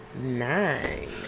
nine